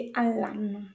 all'anno